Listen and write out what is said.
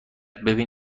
ببین